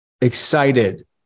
excited